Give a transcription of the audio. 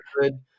good